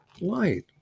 light